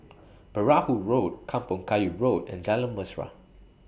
Perahu Road Kampong Kayu Road and Jalan Mesra